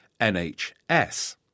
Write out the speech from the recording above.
NHS